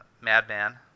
Madman